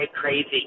crazy